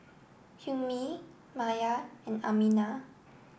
Hilmi Maya and Aminah